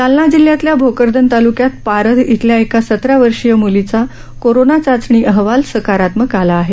जालना जिल्ह्यातल्या भोकरदन तालुक्यात पारध इथल्या एका सतरा वर्षीय मुलीचा कोरोना चाचणी अहवाल सकारात्मक आला आहे